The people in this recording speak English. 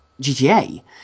GTA